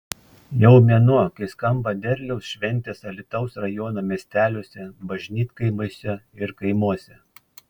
jau mėnuo kai skamba derliaus šventės alytaus rajono miesteliuose bažnytkaimiuose ir kaimuose